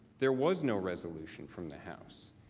there was no resolution from the house.